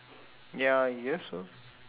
ya I guess so